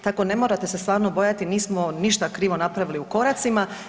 Tako ne morate se stvarno bojati nismo ništa krivo napravili u koracima.